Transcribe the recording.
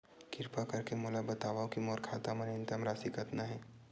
किरपा करके मोला बतावव कि मोर खाता मा न्यूनतम राशि कतना हे